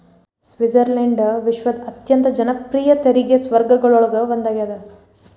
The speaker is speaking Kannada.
ಸ್ವಿಟ್ಜರ್ಲೆಂಡ್ ವಿಶ್ವದ ಅತ್ಯಂತ ಜನಪ್ರಿಯ ತೆರಿಗೆ ಸ್ವರ್ಗಗಳೊಳಗ ಒಂದಾಗ್ಯದ